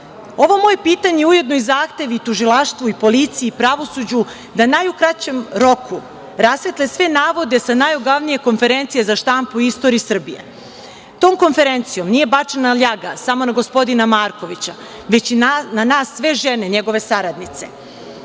Ovo moje pitanje je ujedno i zahtev i tužilaštvu i policiji i pravosuđu da u najkraćem roku rasvetle sve navode sa najogavnije konferencije za štampu u istoriji Srbije. Tom konferencijom nije bačena ljaga samo na gospodina Markovića, već i na nas sve žene njegove saradnice. Danas